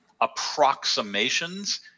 approximations